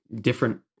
different